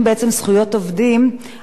אבל גם הדגיש ביתר שאת,